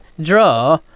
Draw